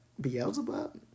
Beelzebub